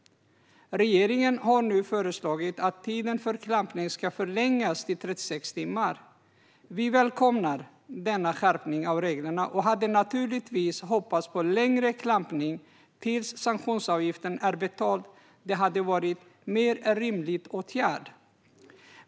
Regeringen har nu föreslagit att tiden för klampning ska förlängas till 36 timmar. Vi välkomnar denna skärpning av reglerna och hade naturligtvis hoppats på längre klampning - tills sanktionsavgiften är betald. Det hade varit en mer rimlig åtgärd.